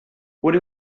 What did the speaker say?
would